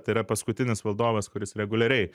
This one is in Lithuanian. tai yra paskutinis valdovas kuris reguliariai